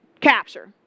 Capture